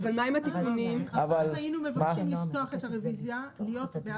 פעם היינו מבקשים לפתוח את הריוויזה, להיות בעד...